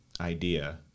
idea